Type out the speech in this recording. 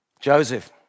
Joseph